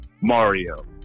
Mario